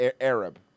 Arab